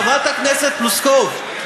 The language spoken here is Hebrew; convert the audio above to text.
חברת הכנסת פלוסקוב,